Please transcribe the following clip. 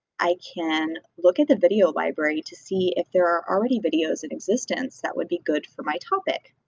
i can look at the video library to see if there are already videos in existence that would be good for my topic.